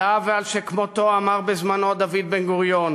עליו ועל שכמותו אמר בזמנו דוד בן-גוריון: